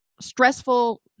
stressful